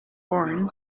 born